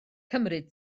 cymryd